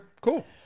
cool